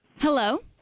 Hello